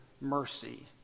mercy